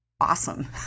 awesome